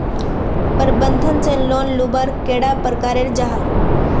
प्रबंधन से लोन लुबार कैडा प्रकारेर जाहा?